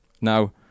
now